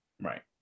Right